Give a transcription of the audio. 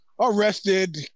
arrested